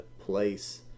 place